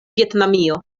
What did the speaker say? vjetnamio